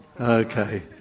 Okay